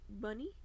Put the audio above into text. bunny